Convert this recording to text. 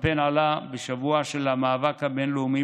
הקמפיין עלה בשבוע של המאבק הבין-לאומי